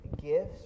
gifts